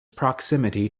proximity